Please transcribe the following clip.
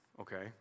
okay